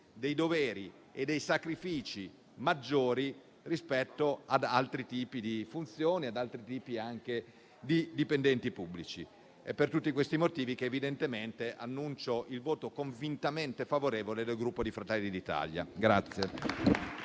dei doveri e dei sacrifici maggiori rispetto a quelli di altri tipi di funzioni e di altre categorie di dipendenti pubblici. È per tutti questi motivi che evidentemente annuncio il voto convintamente favorevole del Gruppo Fratelli d'Italia.